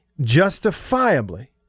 justifiably